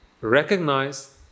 recognize